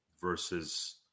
versus